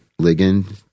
ligand